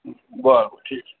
बरं बरं ठीक